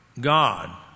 God